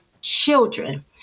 children